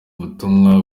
butumwa